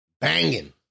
Banging